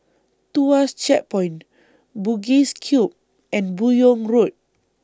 Tuas Checkpoint Bugis Cube and Buyong Road